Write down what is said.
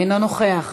אינו נוכח,